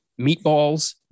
meatballs